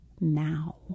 now